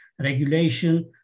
regulation